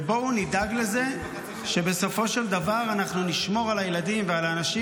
בואו נדאג לזה שבסופו של דבר אנחנו נשמור על הילדים ועל האנשים